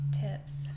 tips